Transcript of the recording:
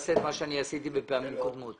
תעשה את מה שאני עשיתי בפעמים קודמות.